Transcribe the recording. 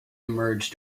emerge